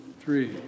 three